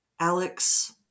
Alex